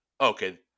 okay